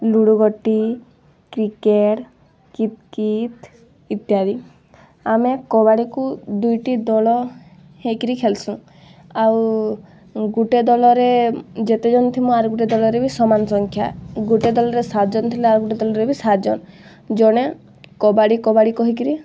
ludo ଗୋଟି cricket କିତକିତ୍ ଇତ୍ୟାଦି ଆମେ କବାଡ଼ିକୁ ଦୁଇଟି ଦଳ ହେଇକିରି ଖେଲସୁଁ ଆଉ ଗୁଟେ ଦଲରେ ଯେତେ ଜନ ଥିମୁ ଆର୍ ଗୁଟେ ଦଳରେ ବି ସମାନ ସଂଖ୍ୟା ଗୋଟେ ଦଳରେ ସାତ ଜନ୍ ଥିଲେ ଆଉ ଗୁଟେ ଦଳରେ ବି ସାତ ଜନ୍ ଜଣେ କବାଡ଼ି କବାଡ଼ି କହିକିରି